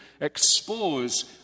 expose